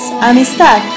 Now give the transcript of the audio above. Amistad